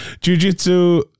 Jiu-Jitsu